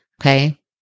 Okay